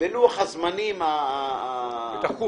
בלוח הזמנים התכוף.